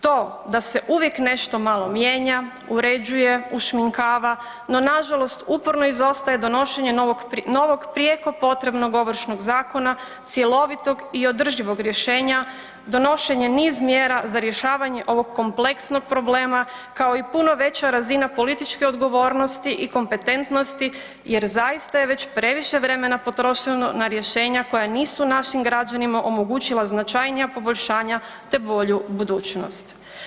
To da se uvijek nešto malo mijenja, uređuje, ušminkava, no nažalost uporno izostaje donošenje novog, novog prijeko potrebnog Ovršnog zakona, cjelovitog i održivog rješenja, donošenje niz mjera za rješavanje ovog kompleksnog problema, kao i puno veća razina političke odgovornosti i kompetentnosti jer zaista je već previše vremena potrošeno na rješenja koja nisu našim građanima omogućila značajnija poboljšanja, te bolju budućnost.